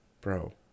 Bro